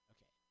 Okay